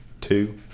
Two